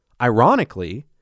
Ironically